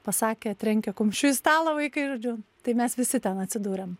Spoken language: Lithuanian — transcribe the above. pasakė trenkė kumščiu į stalą vaikai žodžiu tai mes visi ten atsidūrėm